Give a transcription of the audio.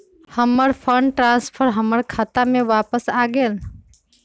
हमर fund transfer हमर खाता में वापस आ गेल